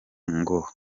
ngo